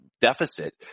deficit